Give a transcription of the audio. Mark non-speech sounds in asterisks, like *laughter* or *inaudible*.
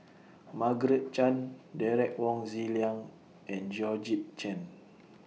*noise* Margaret Chan Derek Wong Zi Liang and Georgette Chen